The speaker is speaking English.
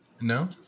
No